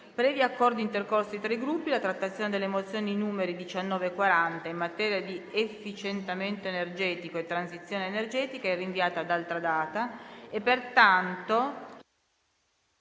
Previ accordi intercorsi tra i Gruppi, la trattazione delle mozioni nn. 19 e 40, in materia di efficientamento energetico e transizione energetica, è rinviata ad altra data. Pertanto,